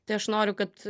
tai aš noriu kad